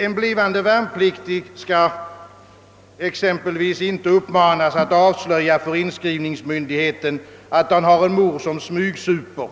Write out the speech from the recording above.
En blivande värnpliktig skall exempel vis inte uppmanas att avslöja för inskrivningsmyndigheten att han har en mor som smygsuper